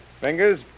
Fingers